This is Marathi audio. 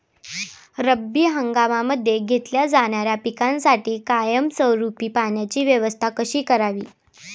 रब्बी हंगामामध्ये घेतल्या जाणाऱ्या पिकांसाठी कायमस्वरूपी पाण्याची व्यवस्था कशी करावी?